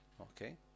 Okay